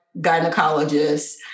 gynecologist